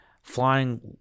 Flying